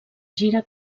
gira